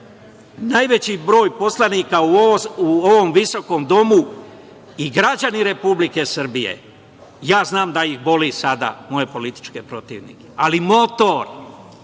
najveći broj poslanika u ovom visokom domu i građani Republike Srbije. Ja znam da ih boli sada, moje političke protivnike, ali motor